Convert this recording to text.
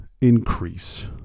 increase